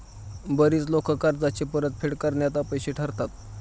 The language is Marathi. बरीच लोकं कर्जाची परतफेड करण्यात अपयशी ठरतात